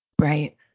right